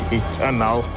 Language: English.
eternal